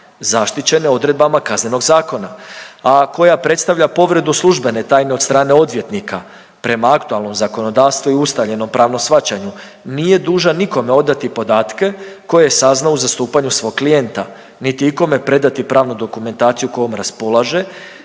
zaštićene odredbama Kaznenog zakona, a koja predstavlja povredu službene tajne od strane odvjetnika. Prema aktualnom zakonodavstvu i ustaljenom pravnom shvaćanju nije dužan nikome odati podatke koje je saznao u zastupanju svog klijenta, niti ikome predati pravnu dokumentaciju kojom raspolaže